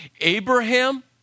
Abraham